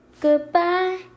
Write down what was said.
goodbye